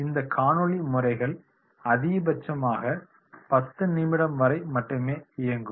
இந்த காணொளி முறைகள் அதிகபட்சமாக 10 நிமிடம் வரை மட்டுமே இயங்கும்